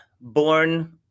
born